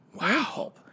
Wow